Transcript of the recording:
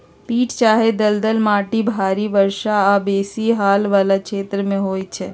पीट चाहे दलदल माटि भारी वर्षा आऽ बेशी हाल वला क्षेत्रों में होइ छै